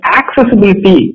accessibility